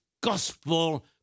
gospel